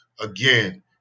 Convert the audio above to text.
Again